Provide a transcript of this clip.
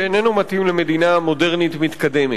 שאיננו מתאים למדינה מודרנית מתקדמת.